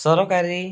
ସରକାରୀ